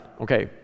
Okay